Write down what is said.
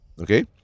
Okay